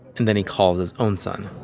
and then he calls his own son i